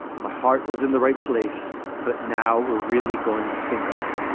my heart was in the right place. but now we're really going to think on it.